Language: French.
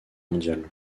mondiale